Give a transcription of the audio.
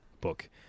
book